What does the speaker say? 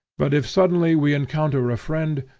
but if suddenly we encounter a friend,